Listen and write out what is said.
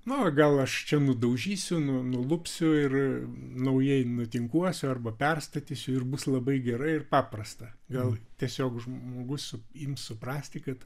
na gal aš čia nudaužysiu nu nulupsiu ir naujai nutinkuosiu arba perstatysiu ir bus labai gerai ir paprasta gal tiesiog žmogus ims suprasti kad